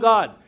God